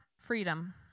Freedom